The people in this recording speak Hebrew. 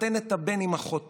תחתן את הבן עם אחותו,